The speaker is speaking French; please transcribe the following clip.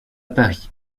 paris